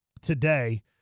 today